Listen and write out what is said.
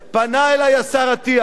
פנה אלי השר אטיאס,